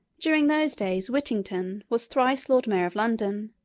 during those days whittington was thrice lord mayor of london,